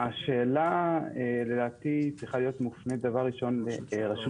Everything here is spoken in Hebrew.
השאלה לדעתי צריכה להיות מופנית לרשות